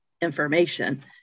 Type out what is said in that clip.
information